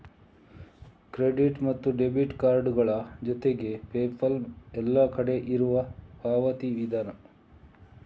credit ಮತ್ತು debit ಕಾರ್ಡುಗಳ ಜೊತೆಗೆ ಪೇಪಾಲ್ ಎಲ್ಲ ಕಡೆ ಇರುವ ಪಾವತಿ ವಿಧಾನ